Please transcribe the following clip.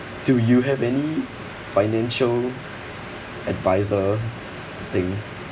do you have any financial advisor thing